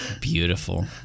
beautiful